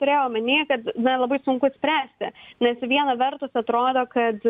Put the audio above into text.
turėjau omeny kad na labai sunku spręsti nes viena vertus atrodo kad